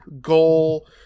goal